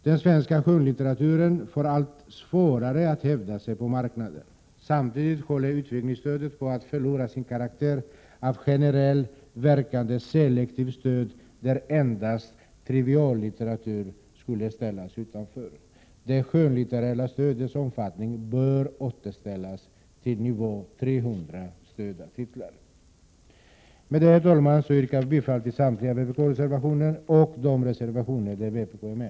Den svenska skönlitteraturen får allt svårare att hävda sig på marknaden. Samtidigt håller utgivningsstödet på att förlora sin karaktär av generellt verkande selektivt stöd, där endast triviallitteratur skulle ställas utanför. Det skönlitterära stödets omfattning bör återställas till nivån 300 stödda titlar. Med det, herr talman, yrkar jag bifall till samtliga vpk-reservationer och de reservationer där vpk är med.